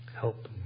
help